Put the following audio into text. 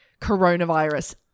coronavirus